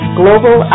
global